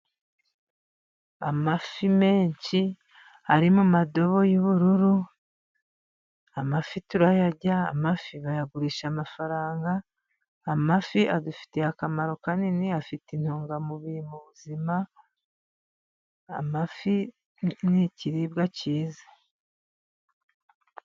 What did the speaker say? Amafi menshi ari mu ndobo z'ubururu, amafi turayarya, amafi bayagurisha amafaranga, amafi adufitiye akamaro kanini. Afite intungamubiri mu buzima. Amafi ni ikiribwa cyiza.